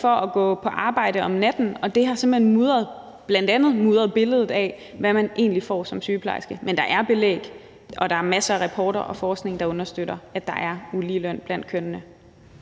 for at gå på arbejde om natten, og det har simpelt hen bl.a. mudret billedet, i forhold til hvad man egentlig får som sygeplejerske. Men der er belæg, og der er masser af rapporter og forskning, der understøtter, at der er uligeløn blandt kønnene.